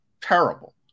Terrible